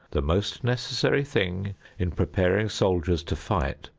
the most necessary thing in preparing soldiers to fight,